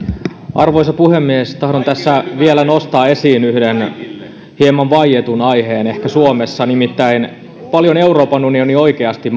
arvoisa puhemies tahdon tässä vielä nostaa esiin ehkä yhden hieman vaietun aiheen suomessa nimittäin sen paljonko euroopan unioni oikeasti